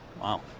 Wow